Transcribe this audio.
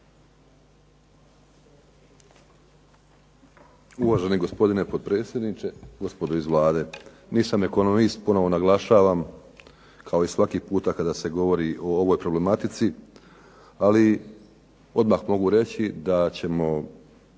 Uvaženi gospodine potpredsjedniče, gospodo iz Vlade. Nisam ekonomist, ponovo naglašavam, kao i svaki puta kada se govori o ovoj problematici, ali odmah mogu reći da ćemo